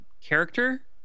character